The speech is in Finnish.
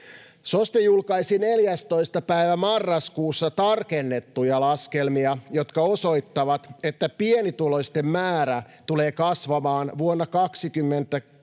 SOSTE julkaisi 14. päivä marraskuuta tarkennettuja laskelmia, jotka osoittavat, että pienituloisten määrä tulee kasvamaan vuonna 2024